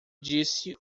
disse